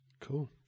Cool